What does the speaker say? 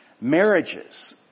Marriages